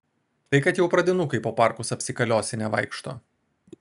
tai kad jau pradinukai po parkus apsikaliosinę vaikšto